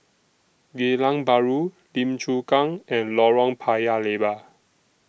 Geylang Bahru Lim Chu Kang and Lorong Paya Lebar